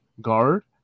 guard